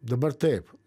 dabar taip